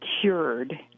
cured